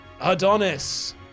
Adonis